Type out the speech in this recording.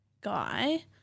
guy